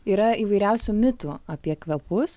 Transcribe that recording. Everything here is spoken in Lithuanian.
yra įvairiausių mitų apie kvepus